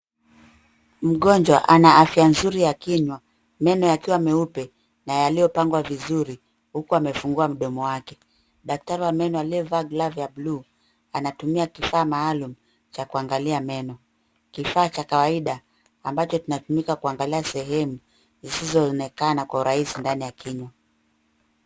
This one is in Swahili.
Mgonjwa ana afya nzuri ya kinywa, meno yakiwa meupe na yaliyopangwa vizuri huku amefungua mdomo wake. Daktari wa meno aliyevaa glavu ya bluu, anatumia kifaa maalum cha kuangalia meno. Kifaa cha kawaida, ambacho kinatumika kuangalia sehemu zisizoonekana kwa urahisi ndani ya kinywa.